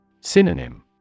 Synonym